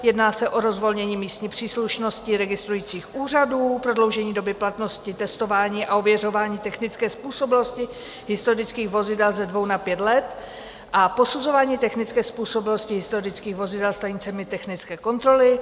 Jedná se o rozvolnění místní příslušnosti registrujících úřadů, prodloužení doby platnosti testování a ověřování technické způsobilosti historických vozidel ze dvou na pět let a posuzování technické způsobilosti historických vozidel stanicemi technické kontroly.